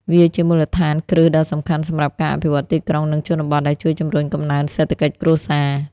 វាជាមូលដ្ឋានគ្រឹះដ៏សំខាន់សម្រាប់ការអភិវឌ្ឍទីក្រុង និងជនបទ ដែលជួយជំរុញកំណើនសេដ្ឋកិច្ចគ្រួសារ។